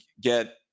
get